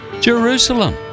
Jerusalem